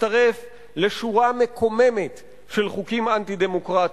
מצטרף לשורה מקוממת של חוקים אנטי-דמוקרטיים.